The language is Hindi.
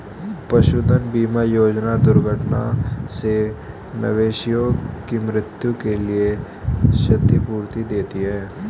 पशुधन बीमा योजना दुर्घटना से मवेशियों की मृत्यु के लिए क्षतिपूर्ति देती है